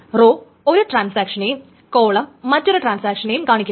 raw ഒരു ട്രാൻസാക്ഷനെയും column മറ്റൊരു ട്രാൻസാക്ഷനെയും കാണിക്കുന്നു